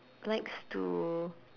likes to